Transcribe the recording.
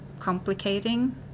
complicating